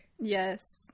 Yes